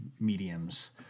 mediums